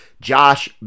Josh